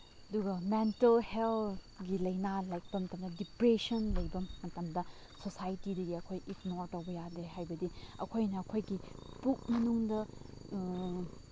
ꯑꯗꯨꯒ ꯃꯦꯟꯇꯜ ꯍꯦꯜꯠꯒꯤ ꯂꯥꯏꯅꯥ ꯂꯥꯛꯄ ꯃꯇꯝꯗ ꯗꯤꯄ꯭ꯔꯦꯁꯟ ꯂꯩꯕ ꯃꯇꯝꯗ ꯁꯣꯁꯥꯏꯇꯤꯗꯒꯤ ꯑꯩꯈꯣꯏ ꯏꯛꯅꯣꯔ ꯇꯧꯕ ꯌꯥꯗꯦ ꯍꯥꯏꯕꯗꯤ ꯑꯩꯈꯣꯏꯅ ꯑꯩꯈꯣꯏꯒꯤ ꯄꯨꯛ ꯃꯅꯨꯡꯗ